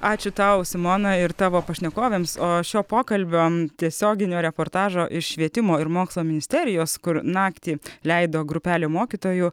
ačiū tau simona ir tavo pašnekovėms o šio pokalbio tiesioginio reportažo iš švietimo ir mokslo ministerijos kur naktį leido grupelė mokytojų